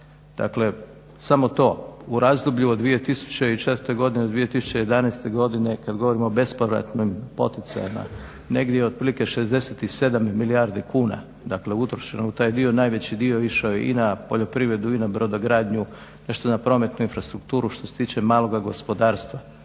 dakle samo to u razdoblju od 2004.do 2011.godine kada govorimo o bespovratnim poticajima, negdje otprilike 67 milijardi kuna je utrošeno u taj dio. Najveći dio išao je na poljoprivredu i na brodogradnju, nešto na prometnu infrastrukturu što se tiče maloga gospodarstva,